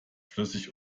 flüssig